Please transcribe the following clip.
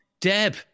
Deb